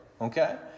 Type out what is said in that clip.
Okay